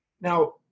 Now